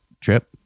trip